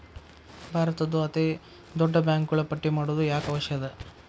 ಭಾರತದ್ದು ಅತೇ ದೊಡ್ಡ ಬ್ಯಾಂಕುಗಳ ಪಟ್ಟಿ ಮಾಡೊದು ಯಾಕ್ ಅವಶ್ಯ ಅದ?